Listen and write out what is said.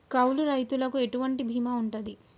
కౌలు రైతులకు ఎటువంటి బీమా ఉంటది?